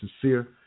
Sincere